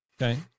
Okay